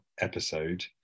episode